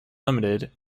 limited